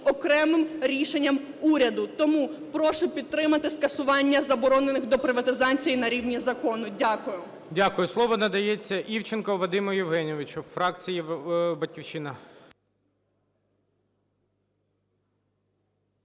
окремим рішенням уряду. Тому прошу підтримати скасування заборонених до приватизації на рівні закону. Дякую. ГОЛОВУЮЧИЙ. Дякую. Слово надається Івченку Вадиму Євгеновичу, фракція "Батьківщина".